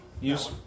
use